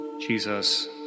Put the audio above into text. Jesus